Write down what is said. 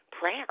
prayer